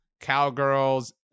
cowgirls